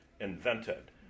invented